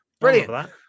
brilliant